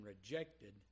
rejected